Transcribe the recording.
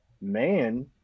man